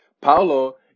Paulo